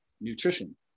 nutrition